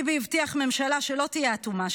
ביבי הבטיח ממשלה שלא תהיה אטומה,